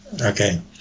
okay